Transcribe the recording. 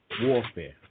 warfare